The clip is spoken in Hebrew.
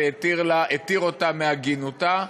והתיר אותה מעגינותה.